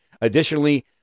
Additionally